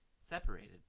separated